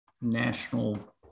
National